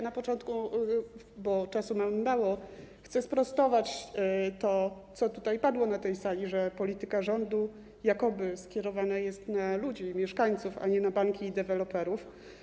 Na początku, bo czasu mamy mało, chcę sprostować to, co padło na tej sali, że polityka rządu jakoby skierowana jest na ludzi, mieszkańców, a nie na banki i deweloperów.